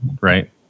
Right